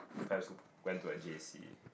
perhaps went to a J_C